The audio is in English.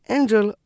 Angel